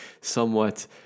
somewhat